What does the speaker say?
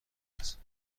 است